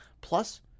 Plus